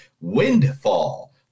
Windfall